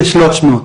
כ-300.